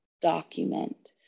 document